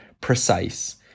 precise